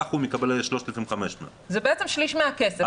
וכך הוא מקבל 3,500. זה בעצם שליש מהכסף.